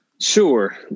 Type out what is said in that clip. Sure